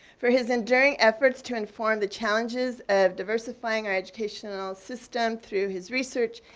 for his enduring efforts to inform the challenges of diversifying our educational system through his research,